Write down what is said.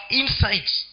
insights